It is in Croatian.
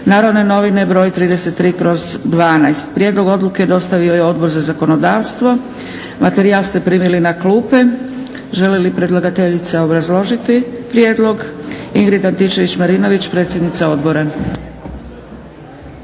("Narodne novine", br. 33/12.) Prijedlog odluke dostavio je Odbor za zakonodavstvo. Materijal ste primili na klupe. Želi li predlagateljica obrazložiti prijedlog? Ingrid Antičević-Marinović, predsjednica odbora.